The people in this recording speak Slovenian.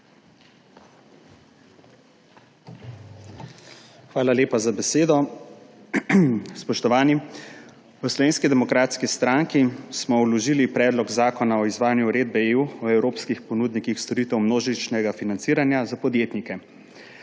Hvala lepa za besedo. Spoštovani! V Slovenski demokratski stranki smo vložili Predlog zakona o izvajanju uredbe (EU) o evropskih ponudnikih storitev množičnega financiranja za podjetnike.